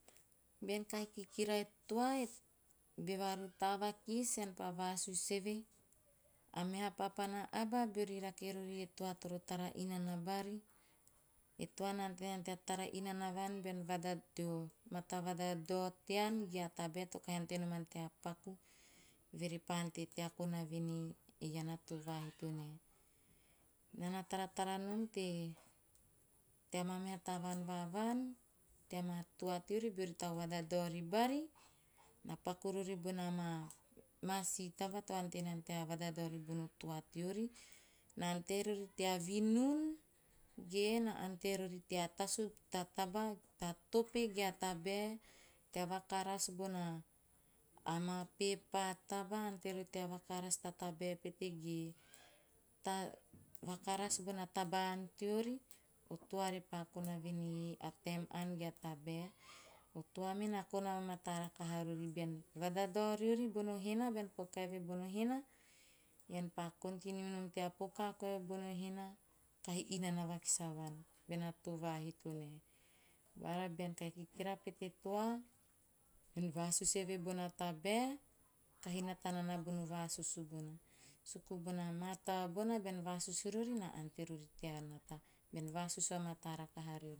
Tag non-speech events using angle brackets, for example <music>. Bean kahi kikira e toa boeve a rutoa vakisi ean pa vasusu eve. A meha papana aba beori rake rori toa toro tara bari. E toa na ante nana tea tara inana vuari bean <unintelligible> teo mata vadadao tean ge tea tabae to kahi ante noman tea paku, eve repa ante tea kona vaen ei ean a too vahito nae. Naa na taratara nom te, tea maa meha tavaan na vaan, tea maa toa teori beori tau vadadao ribari na paku rori bona maa- maa si aba to ante nana tea vadadao ribono toa teori. Na ante rori tea vinun, ge na ante rori tea tasu ta taba, ta tope ge ta tabae tea vakaras bona amaa pepa taba jante rori tea vakaras ta taba pete ge ta <unintelligible> vakaras bona taba ann teori, a toa repa kona voenei a taem ann ge a tabae. O toa me na kona vamataa rakaha rori, beara vadadao riori bono hena, bean poka eve bono hena, ean pa "continue" nom tea poka koai bono hena, kahi inana vakis nom avuan, bean a toto vahito nae. Bara bean kahi kikira pete e toa, bean vasusu e bona tabae, kahi nata nana bono vasusu riori na ante rori tea nata. Bean vasusu va mataa rakaha riori,